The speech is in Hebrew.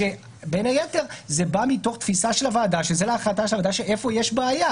ובין היתר זה בא מתוך תפיסה של הוועדה איפה יש בעיה.